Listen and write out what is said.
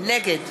נגד